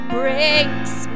breaks